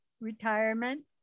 retirement